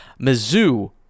Mizzou